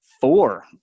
four